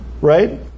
right